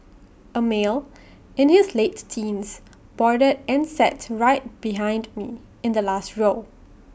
A male in his late teens boarded and sat right behind me in the last row